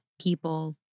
people